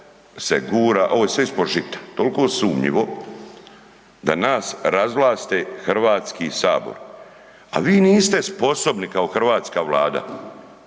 se gura, ovo je sve ispod žita, toliko sumnjivo, da nas razvlaste, HS, a vi niste sposobni kao hrvatska Vlada